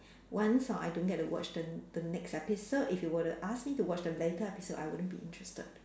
once ah I don't get to watch the the next episode if you were to ask me to watch the later episode I wouldn't be interested